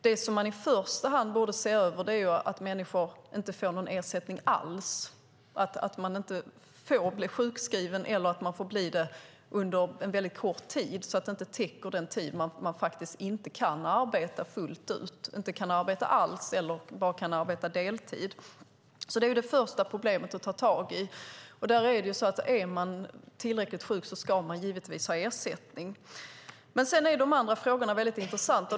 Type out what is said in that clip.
Det man i första hand borde se över är att människor inte får någon ersättning alls och att de inte får bli sjukskrivna eller får bli det under en väldigt kort tid så att det inte täcker den tid de inte kan arbeta fullt ut, inte kan arbeta alls eller bara kan arbeta deltid. Det är det första problemet att ta tag i. Är man tillräckligt sjuk ska man givetvis ha ersättning. Sedan är de andra frågorna är väldigt intressanta.